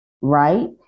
Right